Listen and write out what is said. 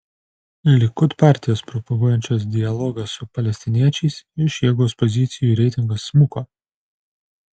likud partijos propaguojančios dialogą su palestiniečiais iš jėgos pozicijų reitingas smuko